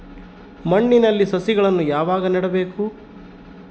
ಮಣ್ಣಿನಲ್ಲಿ ಸಸಿಗಳನ್ನು ಯಾವಾಗ ನೆಡಬೇಕು?